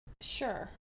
Sure